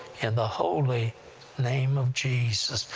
in the holy name of jesus!